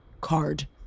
card